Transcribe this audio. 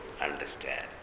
understand